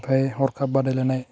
ओमफ्राय हरखाब बादायलाइनाय